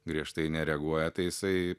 griežtai nereaguoja tai jisai